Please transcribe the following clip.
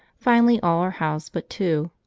finally all are housed but two,